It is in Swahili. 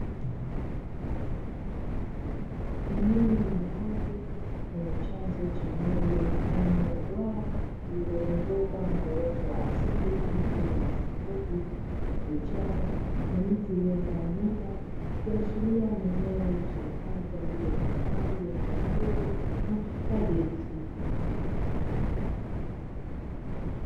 Eneo la wazo lenye chanzo cha maji mfano wa bwawa lililozungukwa na uoto wa asili kama vile nyasi fupi, vichaka, na miti iliyotawanyika. Ikiashiria ni eneo litumikalo kwa ajili ya hifadhi ya wanyamapori au hifadhi ya misitu.